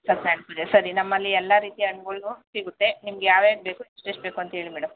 ಸತ್ಯನಾರಾಯಣ್ ಪೂಜೆ ಸರಿ ನಮ್ಮಲ್ಲಿ ಎಲ್ಲ ರೀತಿಯ ಹಣ್ಗಳು ಸಿಗುತ್ತೆ ನಿಮಗೆ ಯಾವ್ಯಾವ್ದು ಬೇಕು ಎಷ್ಟೆಷ್ಟು ಬೇಕು ಅಂತ್ಹೇಳಿ ಮೇಡಮ್